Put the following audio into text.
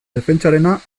defentsarena